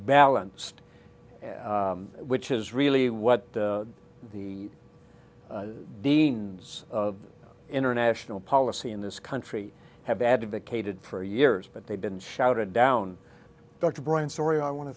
balanced which is really what the deans of international policy in this country have advocated for years but they've been shouted down dr brian story i want to